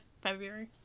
February